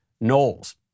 Knowles